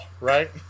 right